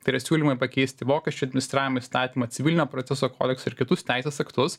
tai yra siūlymai pakeisti mokesčių administravimo įstatymą civilinio proceso kodeksą ir kitus teisės aktus